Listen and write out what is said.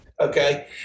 okay